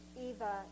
Eva